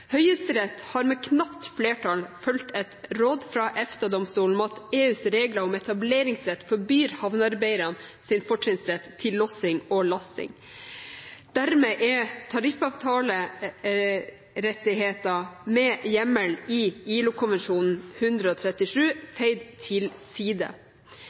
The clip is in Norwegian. Høyesterett har med knapt flertall fulgt et råd fra EFTA-domstolen om at EUs regler om etableringsrett forbyr havnearbeidernes fortrinnsrett til lossing og lasting. Dermed er tariffavtalerettigheter med hjemmel i ILO-konvensjon nr. 137 feid til side.